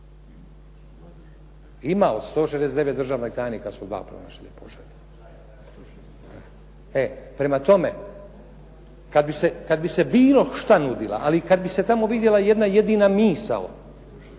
Ima od 169 državna tajnika su 2 pronašli. E, prema tome, kad bi se bilo što nudila, ali kad bi se tamo vidjela jedna jedina misao